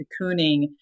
cocooning